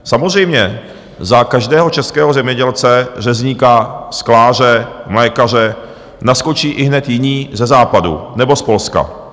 Samozřejmě, za každého českého zemědělce, řezníka, skláře, mlékaře naskočí ihned jiní ze Západu nebo z Polska.